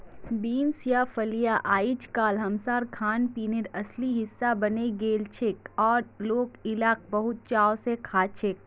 beans या फलियां अइजकाल हमसार खानपीनेर असली हिस्सा बने गेलछेक और लोक इला बहुत चाव स खाछेक